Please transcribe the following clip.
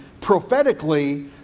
prophetically